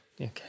Okay